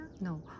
No